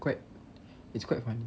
quite it's quite funny